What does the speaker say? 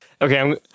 Okay